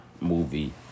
movie